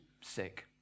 sick